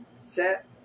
set